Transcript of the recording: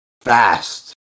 fast